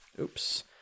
Oops